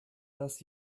das